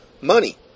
money